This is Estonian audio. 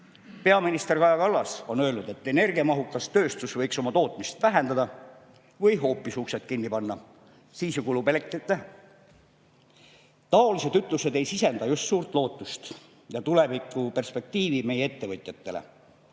Peaminister Kaja Kallas on öelnud, et energiamahukas tööstus võiks oma tootmist vähendada või hoopis uksed kinni panna – siis ju kulub elektrit vähem. Taolised ütlused ei sisenda just suurt lootust ja tulevikuperspektiivi meie ettevõtjatele,